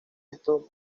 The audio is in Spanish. esto